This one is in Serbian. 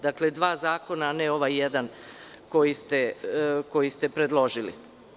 Dakle, dva zakona, a ne ovaj jedan koji ste predložili.